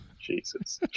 Jesus